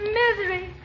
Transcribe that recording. misery